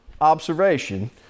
observation